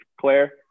Claire